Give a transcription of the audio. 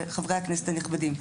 וחברי הכנסת הנכבדים,